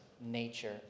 nature